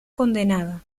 condenada